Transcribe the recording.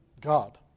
God